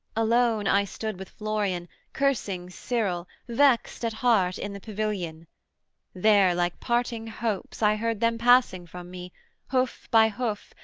alone i stood with florian, cursing cyril, vext at heart, in the pavilion there like parting hopes i heard them passing from me hoof by hoof,